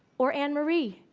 or annemarie,